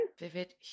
Vivid